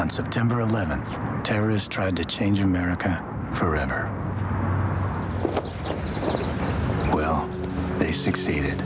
on september eleventh terrorist tried to change america forever well they succeeded